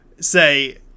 say